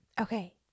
Okay